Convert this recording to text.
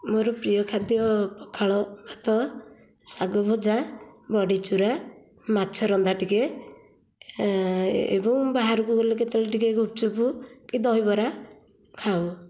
ମୋର ପ୍ରିୟଖାଦ୍ୟ ପଖାଳ ଭାତ ଶାଗ ଭଜା ବଡ଼ିଚୁରା ମାଛରନ୍ଧା ଟିକେ ଏବଂ ବାହାରକୁ ଗଲେ କେତେବେଳେ ଟିକେ ଗୁପଚୁପ କି ଦହିବରା ଖାଉ